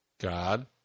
God